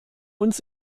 uns